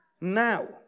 now